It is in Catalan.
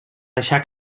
deixar